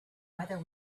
whether